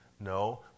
No